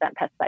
pesticide